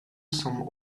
some